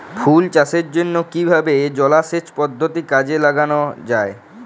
ফুল চাষের জন্য কিভাবে জলাসেচ পদ্ধতি কাজে লাগানো যাই?